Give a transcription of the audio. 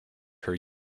her